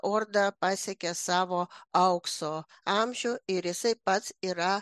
orda pasiekė savo aukso amžių ir jisai pats yra